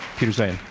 peter zeihan.